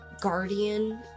guardian